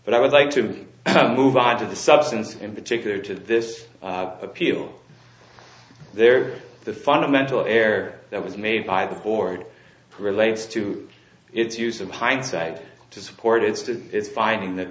but i would like to move on to the substance in particular to this appeal there the fundamental error that was made by the board relates to its use of hindsight to support its did this finding that